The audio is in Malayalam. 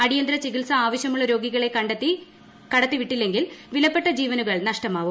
അടിയന്തര ചികിത്സ ആവശ്യമുള്ള രോഗികളെ കടത്തി വിട്ടില്ലെങ്കിൽ വിലപ്പെട്ട ജീവനുകൾ നഷ്ടമാവും